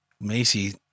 Macy